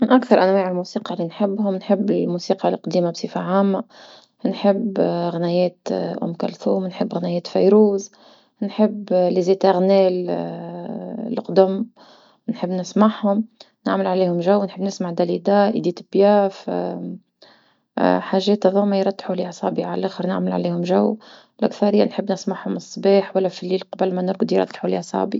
من أكثر أنواع الموسيقى اللي نحبهم نحب الموسيقى القديمة بصفة عامة، نحب غنيات أم كلثوم نحب غنيات فيروز نحب ليزتغناغ لقدم نحب نسمعهوم نعمل عليهم جو، نحب نسمع داليدا، إديت بياف حاجات هذوما يريحولي أعصابي على لخر نعمل عليهم جو، الأكثرية نحب نسمعهوم صباح ولا في الليل قبل ما نرقد يريحولي أعصابي.